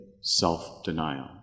self-denial